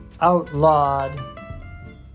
outlawed